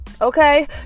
okay